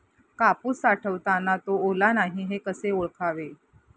कापूस साठवताना तो ओला नाही हे कसे ओळखावे?